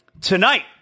tonight